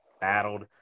battled